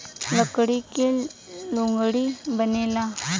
लकड़ी से लुगड़ी बनेला